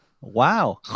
Wow